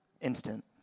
instant